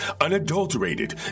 unadulterated